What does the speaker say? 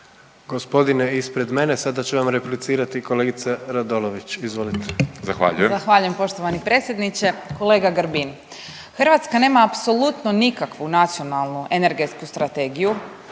Gospodine ispred mene sada će vam replicirati kolegica Radolović. Izvolite. …/Upadica Grbin: Zahvaljujem./… **Radolović, Sanja (SDP)** Zahvaljujem poštovani predsjedniče. Kolega Grbin, Hrvatska nema apsolutno nikakvu nacionalnu energetsku strategiju